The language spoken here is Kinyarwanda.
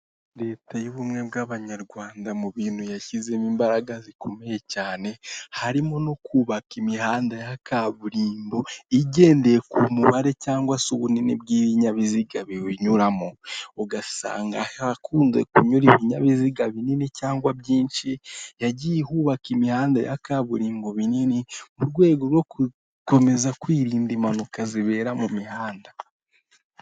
Ubu ni ubusitani bwiza burimo indabo zigiye zitandukanye yaba iz'umuhondo, iz'icyatsi ubwoko bwose, hirya gato ari ibiti birebire bitanga umuyaga n'amahumbezi kubari aho bose.